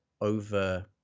over